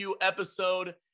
episode